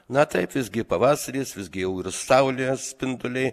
na taip visgi pavasaris visgi jau ir saulės spinduliai